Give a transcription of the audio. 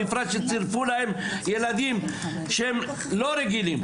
בפרט שצירפו להם ילדים שהם לא רגילים.